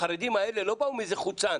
החרדים האלה לא באו מאיזה חוצן,